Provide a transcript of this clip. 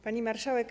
Pani Marszałek!